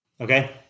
Okay